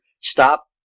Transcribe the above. stop